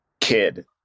kid